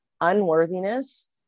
unworthiness